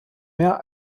mehr